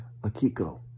Akiko